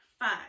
five